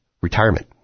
retirement